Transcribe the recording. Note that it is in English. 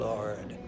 Lord